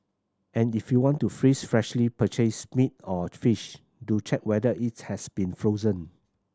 and if you want to freeze freshly purchased meat or fish do check whether it has been frozen